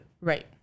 Right